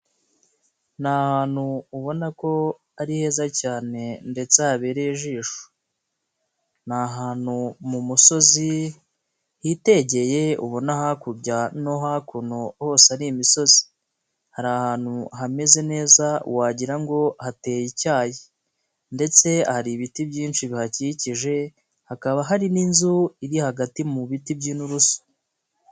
Ni hantu ubona ko ari heza cyane ndetse habereye ijisho, ni ahantu mu musozi, hitegeye ubona hakurya no hakuno hose ari imisozi, hari ahantu hameze neza wagira ngo hateye icyayi ndetse hari ibiti byinshi bihakikije, hakaba hari n'inzu iri hagati mu biti by'irusu.